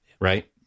right